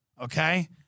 okay